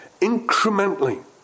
incrementally